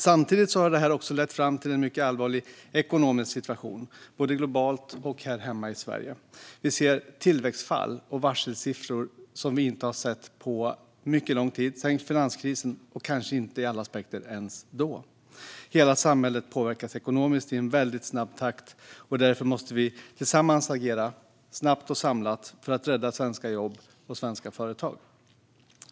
Samtidigt har detta lett fram till en mycket allvarlig ekonomisk situation, både globalt och här hemma i Sverige. Vi ser tillväxtfall och varselsiffror som vi inte har sett på mycket lång tid, inte sedan finanskrisen och kanske inte ens då ur alla aspekter. Hela samhället påverkas ekonomiskt i en mycket snabb takt. Därför måste vi tillsammans agera snabbt och samlat för att rädda svenska jobb och svenska företag.